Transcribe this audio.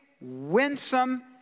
winsome